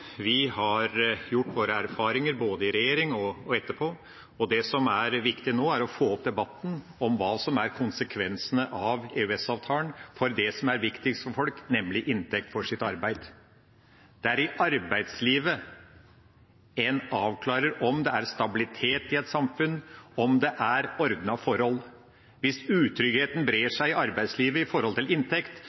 vi har gjort oss våre erfaringer både i regjering og etterpå. Det som er viktig nå, er å få opp debatten om hva som er konsekvensene av EØS-avtalen for det som er viktigst for folk, nemlig inntekt for sitt arbeid. Det er i arbeidslivet en avklarer om det er stabilitet i et samfunn, og om det er ordnede forhold. Hvis utryggheten brer seg i arbeidslivet når det gjelder inntekt, er landet ute i